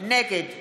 נגד